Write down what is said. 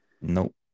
Nope